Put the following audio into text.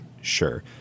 Sure